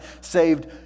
saved